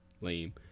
lame